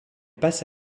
passe